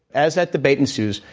as that debate ensues,